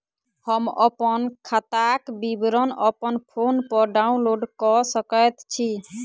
हम अप्पन खाताक विवरण अप्पन फोन पर डाउनलोड कऽ सकैत छी?